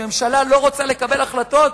אם הממשלה לא רוצה לקבל החלטות,